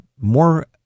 more